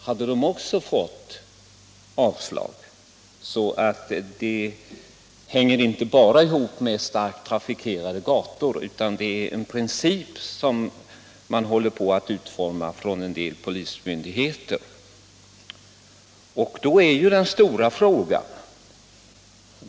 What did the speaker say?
Frågan om tillståndsgivning hänger således inte bara ihop med om kommunerna har starkt trafikerade gator utan det handlar om en praxis som en del polismyndigheter håller på att utforma.